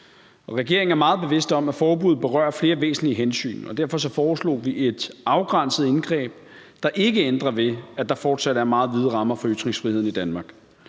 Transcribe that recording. Regeringen er meget bevidst om, at forbuddet berører flere væsentlige hensyn, og derfor foreslog vi et afgrænset indgreb, der ikke ændrer ved, at der fortsat er meget vide rammer for ytringsfriheden i Danmark.